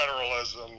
federalism